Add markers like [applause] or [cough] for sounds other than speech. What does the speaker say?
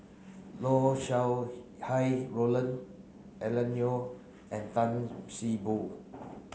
[unintelligible] Sau Hai Roland Alan Oei and Tan See Boo